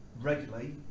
regularly